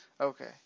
Okay